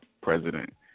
president